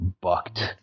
bucked